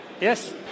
Yes